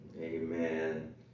Amen